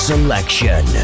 Selection